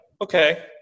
okay